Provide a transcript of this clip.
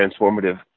transformative